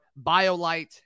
BioLite